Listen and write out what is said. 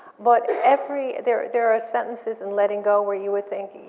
but every, there there are sentences, and letting go, where you were thinking.